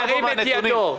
ירים את ידו.